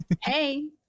Hey